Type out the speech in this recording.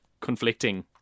conflicting